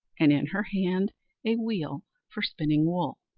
and in her hand a wheel for spinning wool.